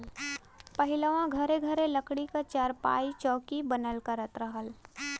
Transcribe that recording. पहिलवां घरे घरे लकड़ी क चारपाई, चौकी बनल करत रहल